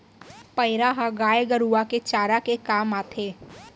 पैरा ह गाय गरूवा के चारा के काम आथे